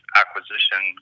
acquisition